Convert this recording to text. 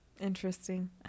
Interesting